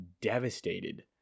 devastated